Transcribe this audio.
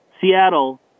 Seattle